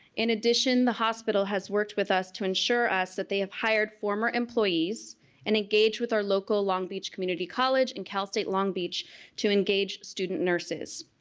in addition, the hospital has worked with us to ensure us that they have hired former employees and engage with our local long beach community college and cal state long beach to engage student nurses.